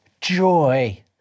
Joy